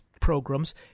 programs